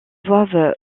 doivent